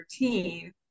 routine